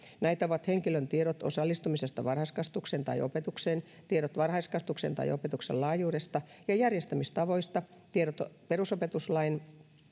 näitä ovat henkilön tiedot osallistumisesta varhaiskasvatukseen tai opetukseen tiedot varhaiskasvatuksen tai opetuksen laajuudesta ja järjestämistavoista tiedot perusopetuslain